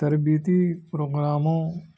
تربیتی پروگراموں